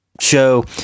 show